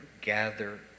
gather